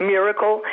Miracle